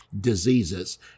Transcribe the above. diseases